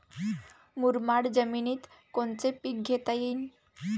मुरमाड जमिनीत कोनचे पीकं घेता येईन?